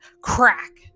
crack